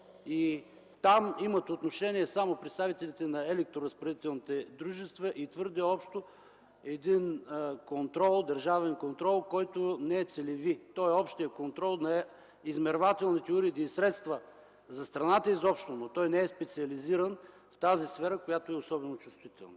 и имат отношение само представителите на електроразпределителните дружества. Държавният контрол е нещо много общо, той не е целеви. Това е общ контрол на измервателни уреди и средства за страната изобщо, но той не е специализиран в тази сфера, която е особено чувствителна.